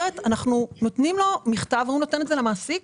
אנחנו שולחים לו מכתב ואומרים לו שייתן למעסיק